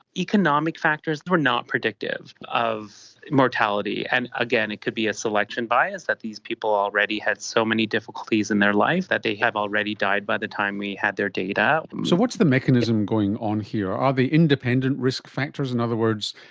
economic factors were not predictive of mortality. and again, it could be a selection bias that these people already had so many difficulties in their life that they already died by the time we had their data. so what's the mechanism going on here? are they independent risk factors? in other words,